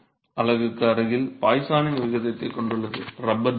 1 அலகுக்கு அருகில் பாய்சானின் விகிதத்தைக் கொண்டுள்ளது